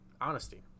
honesty